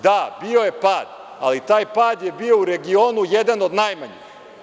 Da, bio je pad, ali taj pad je bio u regionu jedan od najmanjih.